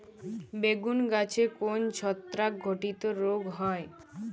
বেগুন গাছে কোন ছত্রাক ঘটিত রোগ হয়?